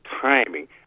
timing